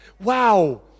Wow